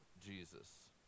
Jesus